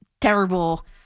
terrible